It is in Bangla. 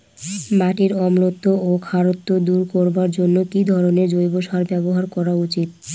মাটির অম্লত্ব ও খারত্ব দূর করবার জন্য কি ধরণের জৈব সার ব্যাবহার করা উচিৎ?